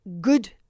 good